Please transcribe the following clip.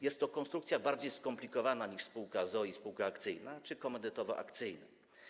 Jest to konstrukcja bardziej skomplikowana niż spółka z o.o. i spółka akcyjna czy komandytowo-akcyjna.